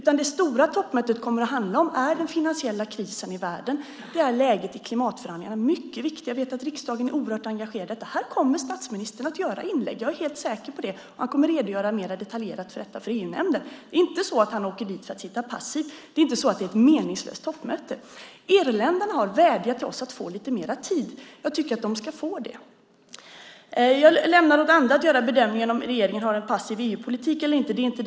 Den stora frågan som toppmötet kommer att handla om är den finansiella krisen i världen och läget i klimatförhandlingarna. Det är mycket viktiga frågor. Jag vet att riksdagen är oerhört engagerad i detta. Här kommer statsministern att göra inlägg. Jag är helt säker på det. Han kommer att redogöra mer detaljerat för detta för EU-nämnden. Han åker inte dit för att sitta passiv. Det är inte ett meningslöst toppmöte. Irländarna har vädjat till oss att få lite mer tid. Jag tycker att de ska få det. Jag lämnar åt andra att göra bedömningen om regeringen har en passiv EU-politik.